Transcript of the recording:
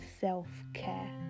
self-care